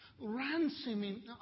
Ransoming